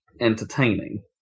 entertaining